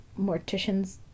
morticians